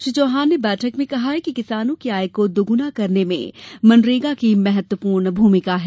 श्री चौहान ने बैठक में कहा कि किसानों की आय को दोगुना करने में मनरेगा की महत्वपूर्ण मूमिका है